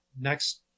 next